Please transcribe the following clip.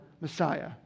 messiah